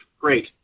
Great